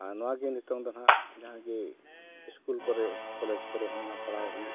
ᱟᱨ ᱱᱚᱣᱟ ᱜᱮ ᱱᱤᱛᱚᱜ ᱫᱚ ᱱᱟᱦᱟᱜ ᱡᱟᱦᱟᱸ ᱜᱮ ᱥᱠᱩᱞ ᱠᱚᱨᱮ ᱠᱚᱞᱮᱡᱽ ᱠᱚᱨᱮᱜ ᱚᱱᱟ ᱯᱟᱲᱦᱟᱣ ᱦᱩᱭᱩᱜ ᱠᱟᱱᱟ